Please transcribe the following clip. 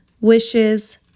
wishes